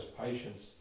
patience